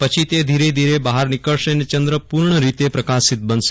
પછી તે ધીરે ધીરે બહાર નીકળશે અને ચંદ્ર પૂર્ણ રીતે પ્રકાશિત બનશે